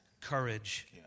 courage